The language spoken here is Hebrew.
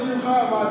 לא, אנחנו לומדים ממך.